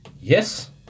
Yes